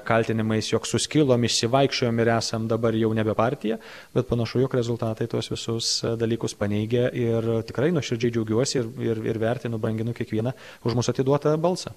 kaltinimais jog suskilom išsivaikščiojom ir esam dabar jau nebe partija bet panašu jog rezultatai tuos visus dalykus paneigia ir tikrai nuoširdžiai džiaugiuosi ir vertinu branginu kiekvieną už mus atiduotą balsą